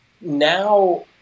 now